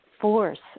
force